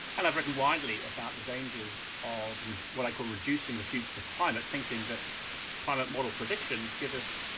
and i've written widely about the dangers of what i call reducing the future to climate, thinking that climate model predictions give us